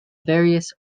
various